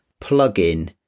plugin